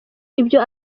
ibyo